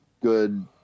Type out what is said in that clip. good